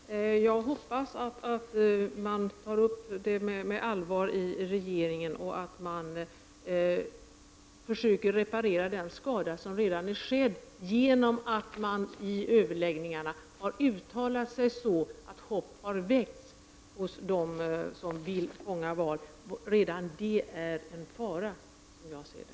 Fru talman! Jag hoppas att frågan på allvar behandlas i regeringen och att man försöker reparera den skada som redan har skett i och med att det vid överläggningarna har gjorts uttalanden som väckt hopp hos dem som vill fånga val. Redan detta är, enligt min mening, en fara.